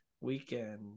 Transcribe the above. weekend